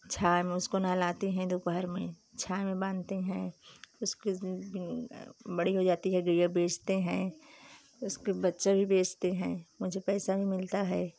छाया में उसको नहलाती हैं दुपहर में छाया में बाँधते हैं उसकी बड़ी हो जाती है गईया बेचते हैं उसके बच्चे भी बेचते हैं मुझे पैसा भी मिलता है